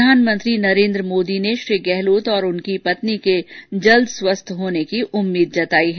प्रधानमंत्री नरेन्द्र मोदी ने श्री गहलोत और उनकी पत्नी के जल्द स्वस्थ होने की उम्मीद जताई है